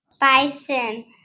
Bison